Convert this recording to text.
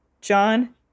John